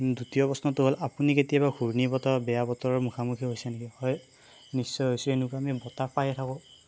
দ্বিতীয় প্ৰশ্নটো হ'ল আপুনি কেতিয়াবা ঘূৰ্ণি বতাহৰ বেয়া বতৰৰ মুখামুখি হৈছে নেকি হয় নিশ্চয় হৈছোঁ এনেকুৱা আমি বতাহ পায়েই থাকোঁ